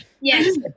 Yes